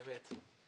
אמת.